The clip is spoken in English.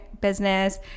business